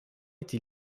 été